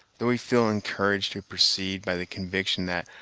though we feel encouraged to proceed by the conviction that,